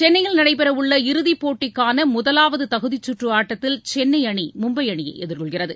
சென்னையில் நடைபெறவுள்ள இறுதிப் போட்டிக்கான முதலாவது தகுதிச் சுற்று ஆட்டத்தில் சென்னை அணி மும்பை அணியை எதிர்கொள்கிறது